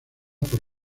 por